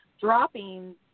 dropping